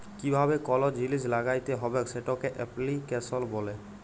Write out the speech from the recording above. কিভাবে কল জিলিস ল্যাগ্যাইতে হবেক সেটকে এপ্লিক্যাশল ব্যলে